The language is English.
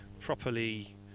properly